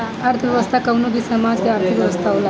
अर्थव्यवस्था कवनो भी समाज के आर्थिक व्यवस्था होला